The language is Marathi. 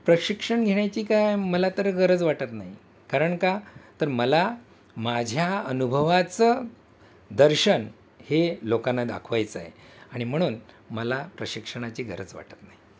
प्रशिक्षण घेण्याची काय मला तर गरज वाटत नाही कारण का तर मला माझ्या अनुभवाचं दर्शन हे लोकांना दाखवायचं आहे आणि म्हणून मला प्रशिक्षणाची गरज वाटत नाही